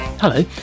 Hello